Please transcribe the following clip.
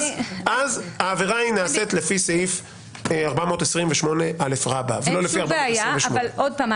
אז העבירה נעשית לפי סעיף 428א ולא לפי 428. אין בעיה אבל שוב,